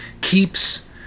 keeps